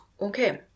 okay